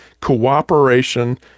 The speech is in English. cooperation